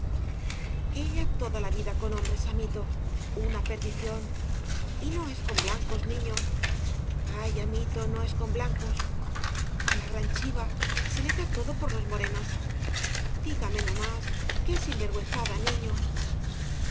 ella toda la vida con hombres amito una perdición y no es con blancos niño ay amito no es con blancos á la gran chiva se le da todo por los morenos dígame no más que sinvergüenzada niño